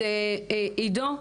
אז עדו,